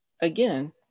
Again